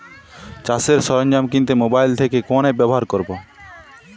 চাষের সরঞ্জাম কিনতে মোবাইল থেকে কোন অ্যাপ ব্যাবহার করব?